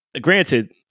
granted